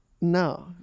No